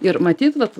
ir matyt vat